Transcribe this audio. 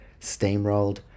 steamrolled